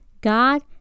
God